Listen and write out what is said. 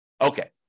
Okay